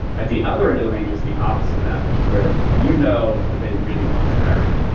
at the other end of the range is the opposite of that which is where you know that they really want to hire you.